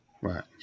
Right